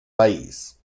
país